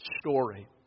story